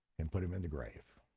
and put him in the grave.